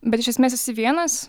bet iš esmės esi vienas